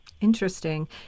Interesting